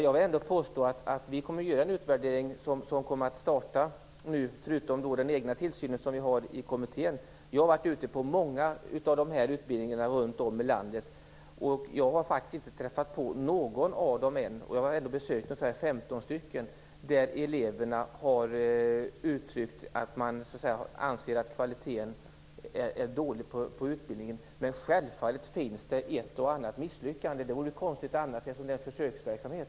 Jag vill ändå säga att vi kommer att göra en utvärdering, som kommer att starta nu, förutom den egna tillsynen som vi har i kommittén. Jag har varit ute på många av de här utbildningarna runt om i landet. Jag har faktiskt inte träffat på någon än - jag har ändå besökt ungefär 15 stycken - där eleverna har uttryckt att de anser att kvaliteten på utbildningen är dålig. Men självfallet finns det ett och annat misslyckande. Det vore konstigt annars, eftersom det är en försöksverksamhet.